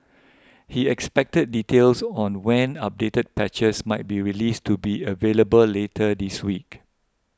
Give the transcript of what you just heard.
he expected details on when updated patches might be released to be available later this week